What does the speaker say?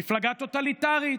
מפלגה טוטליטרית,